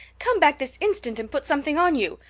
come back this instant and put something on you.